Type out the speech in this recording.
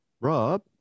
Rob